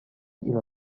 إلى